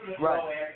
Right